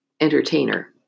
entertainer